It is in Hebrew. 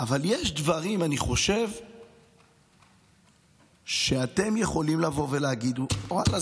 אבל אני חושב שיש דברים שלגביהם אתם יכולים לבוא ולהגיד: ואללה,